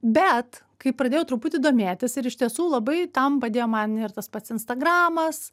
bet kai pradėjau truputį domėtis ir iš tiesų labai tam padėjo man ir tas pats instagramas